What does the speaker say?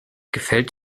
gefällt